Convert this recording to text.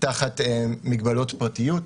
תחת מגבלות פרטיות,